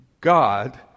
God